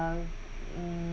mm